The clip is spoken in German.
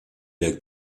der